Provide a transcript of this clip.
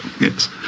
Yes